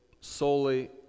solely